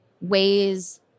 ways